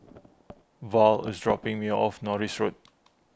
Val is dropping me off Norris Road